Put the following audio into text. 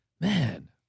Man